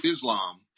Islam